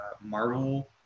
Marvel